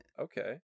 Okay